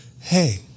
Hey